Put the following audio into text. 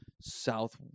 south